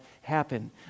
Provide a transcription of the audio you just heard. happen